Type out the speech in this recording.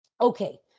Okay